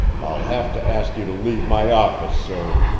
i'll have to ask you to leave my office, sir!